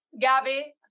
Gabby